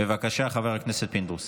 בבקשה, חבר הכנסת פינדרוס.